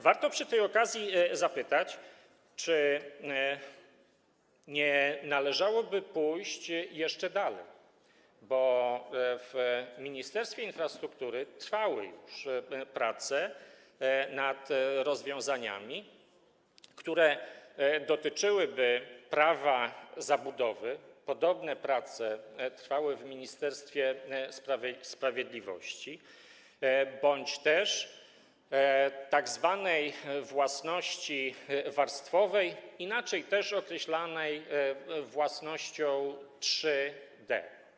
Warto przy tej okazji zapytać, czy nie należałoby pójść jeszcze dalej, bo w Ministerstwie Infrastruktury trwały już prace nad rozwiązaniami, które dotyczyłyby prawa zabudowy - podobne prace trwały w Ministerstwie Sprawiedliwości - bądź też tzw. własności warstwowej, inaczej też określanej jako własność 3D.